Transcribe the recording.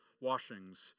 washings